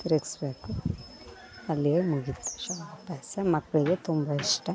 ತಿರುಗಿಸ್ಬೇಕು ಅಲ್ಲಿಗೆ ಮುಗಿತು ಶಾವಿಗೆ ಪಾಯಸ ಮಕ್ಕಳಿಗೆ ತುಂಬ ಇಷ್ಟ